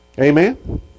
Amen